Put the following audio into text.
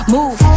Move